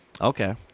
okay